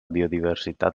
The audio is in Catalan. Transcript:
biodiversitat